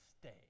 stay